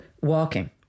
walking